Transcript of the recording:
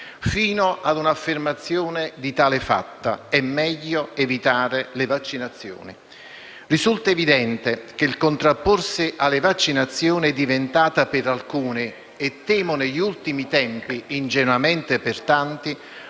fino a un'affermazione di tale fatta: è meglio evitare le vaccinazioni. Risulta evidente che il contrapporsi alle vaccinazioni è diventata per alcuni, e temo negli ultimi tempi ingenuamente per tanti,